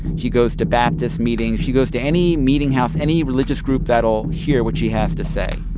she goes to baptist meetings. she goes to any meeting house, any religious group that'll hear what she has to say.